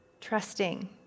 trusting